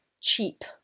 cheap